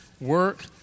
work